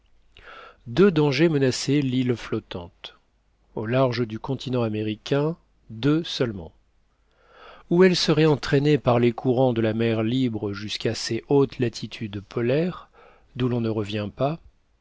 deux dangers menaçaient l'île flottante au large du continent américain deux seulement ou elle serait entraînée par les courants de la mer libre jusqu'à ces hautes latitudes polaires d'où l'on ne revient pas